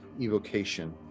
evocation